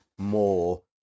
More